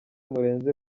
murenzi